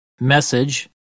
message